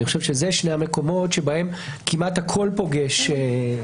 אלו שני המקומות שבהם כמעט הכול פוגש.